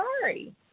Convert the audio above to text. sorry